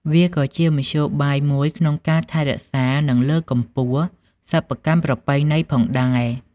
វាក៏ជាមធ្យោបាយមួយក្នុងការថែរក្សា និងលើកកម្ពស់សិប្បកម្មប្រពៃណីផងដែរ។